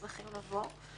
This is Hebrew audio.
הם היו שמחים לבוא.